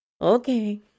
okay